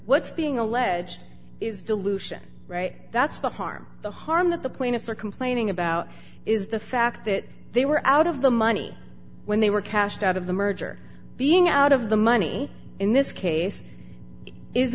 what's being alleged is dilution right that's the harm the harm that the plaintiffs are complaining about is the fact that they were out of the money when they were cashed out of the merger being out of the money in this case i